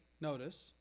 notice